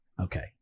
Okay